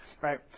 Right